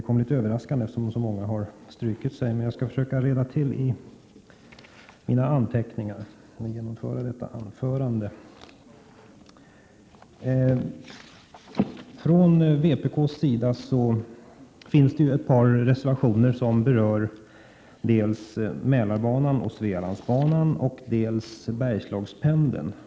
Herr talman! Från vpk:s sida finns ett par reservationer som berör dels Mälarbanan och Svealandsbanan, dels Bergslagspendeln.